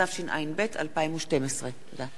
התשע"ב 2012. תודה.